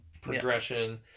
progression